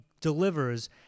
delivers